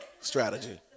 Strategy